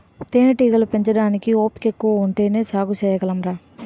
తేనేటీగల పెంపకానికి ఓపికెక్కువ ఉంటేనే సాగు సెయ్యగలంరా